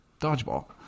Dodgeball